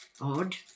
Odd